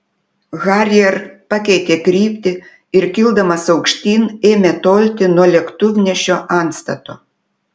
harrier pakeitė kryptį ir kildamas aukštyn ėmė tolti nuo lėktuvnešio antstato